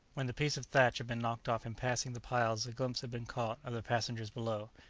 when the piece of thatch had been knocked off in passing the piles a glimpse had been caught of the passengers below,